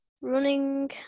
running